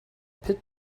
pit